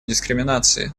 дискриминации